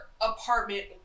apartment